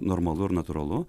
normalu ir natūralu